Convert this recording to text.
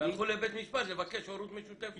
והלכו לבית משפט לבקש הורות משותפת.